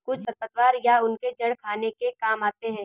कुछ खरपतवार या उनके जड़ खाने के काम आते हैं